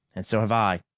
and so have i.